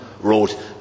wrote